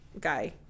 guy